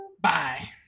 Bye